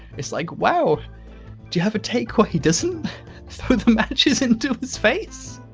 it's like wow do you have a take where he doesn't throw the matches into his face?